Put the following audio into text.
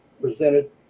presented